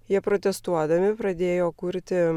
jie protestuodami pradėjo kurti